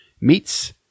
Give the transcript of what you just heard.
meets